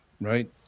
right